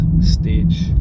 stage